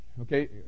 Okay